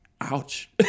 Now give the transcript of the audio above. Ouch